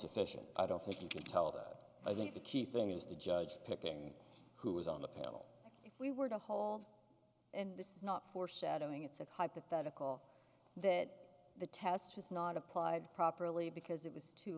sufficient i don't think you can tell that i think the key thing is the judge picking who was on the pill if we were to hold and this is not foreshadowing it's a hypothetical that the test was not applied properly because it was t